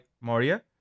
Moria